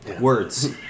Words